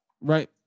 Right